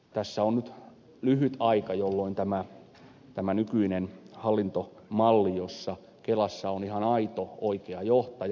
tässä on nyt lyhyt aika jolloin on ollut tämä nykyinen hallintomalli jossa kelassa on ihan aito oikea johtaja